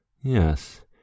Yes